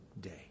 day